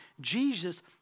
Jesus